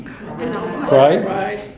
Right